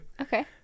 Okay